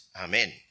Amen